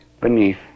beneath